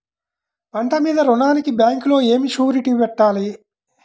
పంట మీద రుణానికి బ్యాంకులో ఏమి షూరిటీ పెట్టాలి?